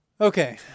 Okay